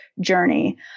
journey